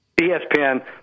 ESPN